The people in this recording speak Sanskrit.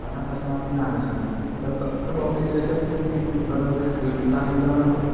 अतः तस्माद् ते नागच्छन्ति यदि तत् भवति चेत् यदि तद् योजिताः योजनानां भवत्